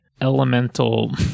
elemental